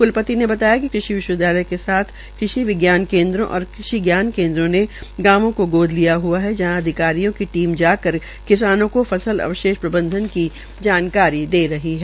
कुलपति ने बताया कि कुषि विश्वविद्यालय के साथ कृषि विज्ञान केन्द्रो व कृषि ज्ञान केन्द्रो ने गांवों को गोद लिया हुआ है जहां अधिकारियों की टीम जाकर किसानों को फसल अवशेष प्रबंधन की जानकारी दे रहे है